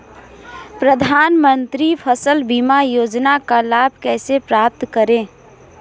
प्रधानमंत्री फसल बीमा योजना का लाभ कैसे प्राप्त करें?